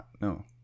No